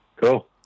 Cool